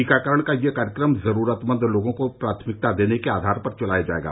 टीकाकरण का यह कार्यक्रम जरूरतमंद लोगों को प्राथमिकता देने के आधार पर चलाया जायेगा